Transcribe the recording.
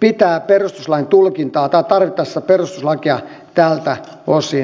pitää perustuslain tulkintaa tai tarvittaessa perustuslakia tältä osin muuttaa